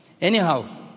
Anyhow